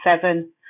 seven